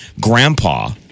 grandpa